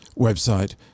website